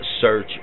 search